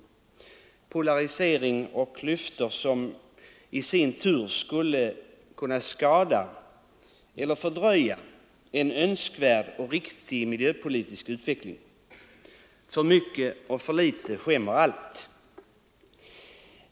En sådan polarisering leder till åsiktsklyftor, vilka i sin tur kan skada eller fördröja en önskvärd och riktig miljöpolitisk utveckling. För mycket och för litet skämmer allt.